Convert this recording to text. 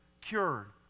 cured